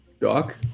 Doc